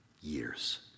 years